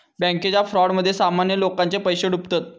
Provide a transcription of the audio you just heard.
बॅन्केच्या फ्रॉडमध्ये सामान्य लोकांचे पैशे डुबतत